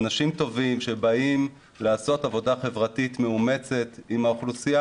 אנשים טובים שבאים לעשות עבודה חברתית מאומצת עם האוכלוסייה